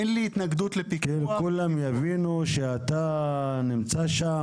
כולם יבינו שאתה נמצא שם,